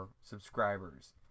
subscribers